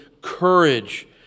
courage